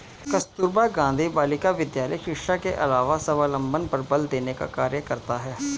कस्तूरबा गाँधी बालिका विद्यालय शिक्षा के अलावा स्वावलम्बन पर बल देने का कार्य करता है